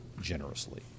generously